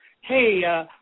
hey